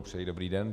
Přeji dobrý den.